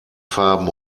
farben